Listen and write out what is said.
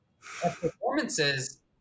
performances